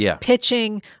pitching